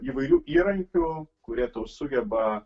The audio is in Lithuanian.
įvairių įrankių kurie sugeba